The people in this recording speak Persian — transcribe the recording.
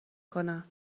کنن